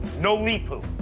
no leepu.